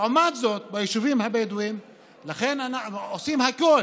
לעומת זאת, ביישובים הבדואיים עושים הכול